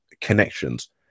connections